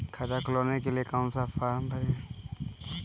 खाता खुलवाने के लिए कौन सा फॉर्म भरें?